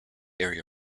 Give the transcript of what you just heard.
area